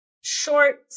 short